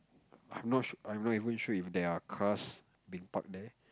I'm not sure I'm not even sure if there are cars being parked there